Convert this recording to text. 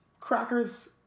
crackers